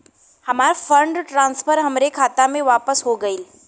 हमार fund transfer हमरे खाता मे वापस हो गईल